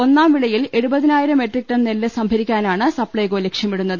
ഒന്നാം വിളയിൽ എഴുപതിനായിരം മെട്രിക് ടൺ നെല്ല് സംഭരിക്കാനാണ് സപ്ലൈകോ ലക്ഷ്യമിടുന്നത്